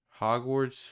Hogwarts